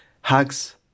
Hugs